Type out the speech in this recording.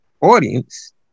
audience